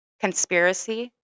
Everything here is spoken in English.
conspiracy